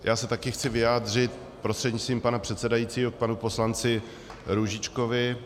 Já se taky chci vyjádřit prostřednictvím pana předsedajícího k panu poslanci Růžičkovi.